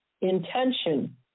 intention